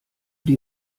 die